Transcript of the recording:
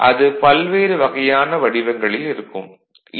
அது பல்வேறு வகையான வடிவங்களில் இருக்கலாம்